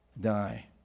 die